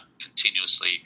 continuously